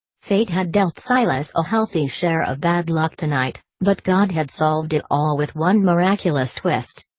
fate had dealt silas a healthy share of bad luck tonight, but god had solved it all with one miraculous twist.